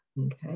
Okay